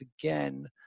again